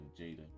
Jada